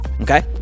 Okay